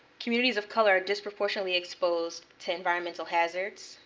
communities of color are disproportionately exposed to environmental hazards.